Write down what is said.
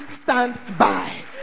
standby